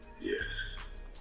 Yes